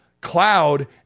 cloud